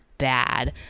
bad